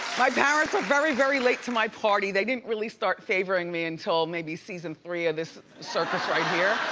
my parents are very, very late to my party, they didn't really start favoring me until maybe season three of this circus right here.